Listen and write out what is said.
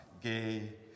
gay